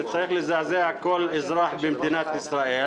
זה צריך לזעזע כל אזרח במדינת ישראל.